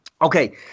okay